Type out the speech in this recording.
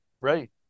right